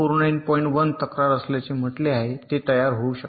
1 तक्रार असल्याचे म्हटले जाते ते तयार होऊ शकते